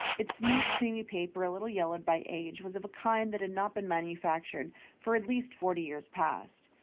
its smooth creamy paper, a little yellowed by age, was of a kind that had not been manufactured for at least forty years past.